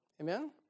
Amen